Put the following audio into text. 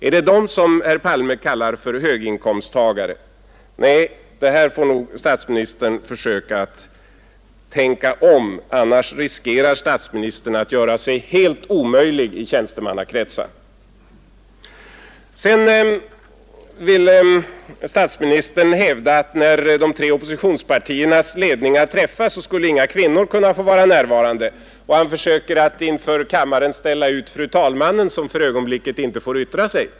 Är det dem som herr Palme kallar höginkomsttagare? Nej, här får nog statsministern försöka att tänka om; annars riskerar statsministern att göra sig helt omöjlig i tjänstemannakretsar. Vidare vill statsministern hävda att när de tre oppositionspartiernas ledningar träffas skulle inga kvinnor kunna få vara närvarande, och han försöker inför kammaren ställa ut fru andre vice talmannen, som för ögonblicket inte får yttra sig.